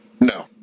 No